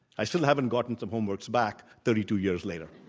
i still haven't gotten some homework back thirty two years later.